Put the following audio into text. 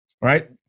right